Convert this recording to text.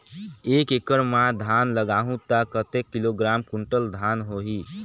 एक एकड़ मां धान लगाहु ता कतेक किलोग्राम कुंटल धान होही?